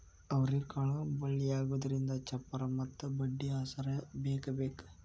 ಅವ್ರಿಕಾಳು ಬಳ್ಳಿಯಾಗುದ್ರಿಂದ ಚಪ್ಪರಾ ಮತ್ತ ಬಡ್ಗಿ ಆಸ್ರಾ ಬೇಕಬೇಕ